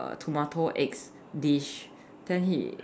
tomato eggs dish then he